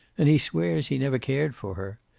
and he swears he never cared for her.